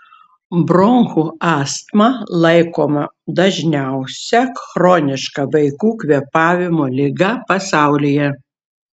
bronchų astma laikoma dažniausia chroniška vaikų kvėpavimo liga pasaulyje